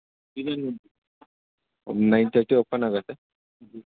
one nine thirty open ಆಗತ್ತೆ